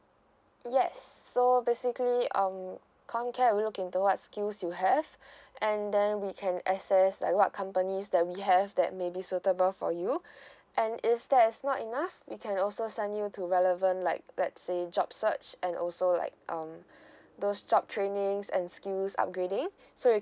yes so basically um comcare will look into what skills you have and then we can access like what companies that we have that maybe suitable for you and if that is not enough we can also send you to relevant like let's say job search and also like um those job trainings and skills upgrading so you